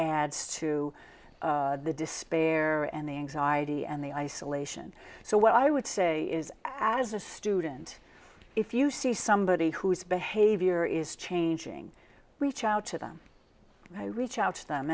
adds to the despair and the anxiety and the isolation so what i would say is as a student if you see somebody whose behavior is changing reach out to them i reach out to